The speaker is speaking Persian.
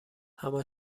اما